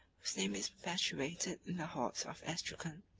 whose name is perpetuated in the hordes of astracan,